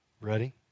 Ready